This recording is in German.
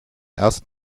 erst